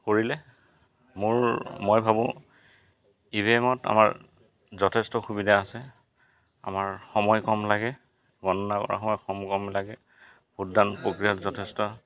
কৰিলে মোৰ মই ভাবোঁ ই ভি এমত আমাৰ যথেষ্ট সুবিধা আছে আমাৰ সময় কম লাগে গণনা কৰা সময় কম লাগে ভোটদান প্ৰক্ৰিয়াত যথেষ্ট